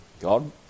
God